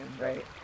right